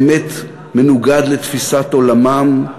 באמת מנוגד לתפיסת עולמם,